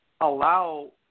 allow